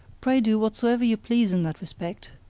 pray do whatsoever you please in that respect.